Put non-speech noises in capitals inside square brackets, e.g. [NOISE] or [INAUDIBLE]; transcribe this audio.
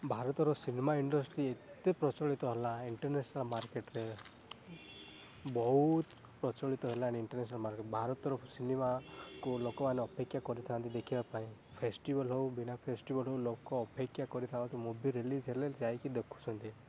ଭାରତର cinema industry ଏତେ ପ୍ରଚଳିତ ହେଲା ଇଣ୍ଟରନ୍ୟାସନାଲ୍ ମାର୍କେଟରେ ବହୁତ ପ୍ରଚଳିତ ହେଲାଣି ଇଣ୍ଟରନ୍ୟାସନାଲ୍ [UNINTELLIGIBLE] ଭାରତର ସିନେମାକୁ ଲୋକମାନେ ଅପେକ୍ଷା କରିଥାନ୍ତି ଦେଖିବା ପାଇଁ ଫେଷ୍ଟିଭାଲ୍ ହଉ ବିନା ଫେଷ୍ଟିଭାଲ୍ ହଉ ଲୋକ ଅପେକ୍ଷା କରିଥାନ୍ତି ମୁଭି ରିଲିଜ୍ ହେଲେ ଯାଇକି ଦେଖୁଛନ୍ତି